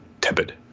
tepid